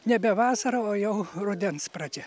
nebe vasara o jau rudens pradžia